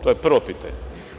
To je prvo pitanje.